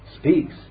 speaks